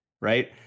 Right